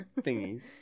Thingies